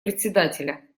председателя